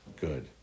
good